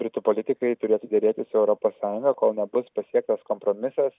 britų politikai turėtų derėtis su europos sąjunga kol nebus pasiektas kompromisas